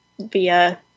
via